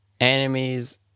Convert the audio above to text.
enemies